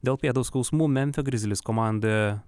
dėl pėdos skausmų memfio grizlis komandoje